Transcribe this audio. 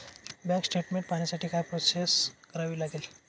Bank statement पाहण्यासाठी काय process करावी लागेल?